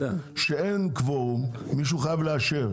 כשאין קוורום מישהו חייב לאשר,